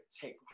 take